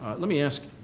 let me ask